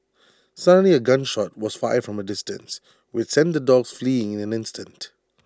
suddenly A gun shot was fired from A distance which sent the dogs fleeing in an instant